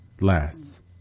lasts